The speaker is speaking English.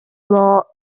wore